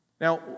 Now